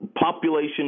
population